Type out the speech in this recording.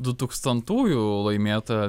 du tūkstantųjų laimėta